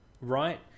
right